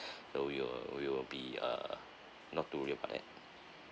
so you'll you will be uh not to worry about it